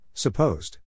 Supposed